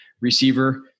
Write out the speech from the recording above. receiver